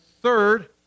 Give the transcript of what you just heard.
third